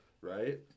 right